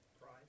Pride